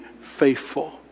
faithful